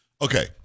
Okay